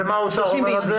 ומה האוצר אומר על זה?